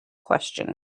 question